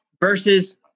versus